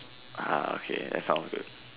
ah okay that sounds good